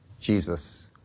Jesus